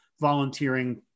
volunteering